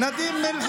מחבלים.